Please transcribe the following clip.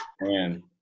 Man